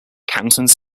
cantons